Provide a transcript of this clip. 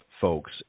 folks